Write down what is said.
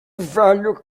velho